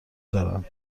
دارن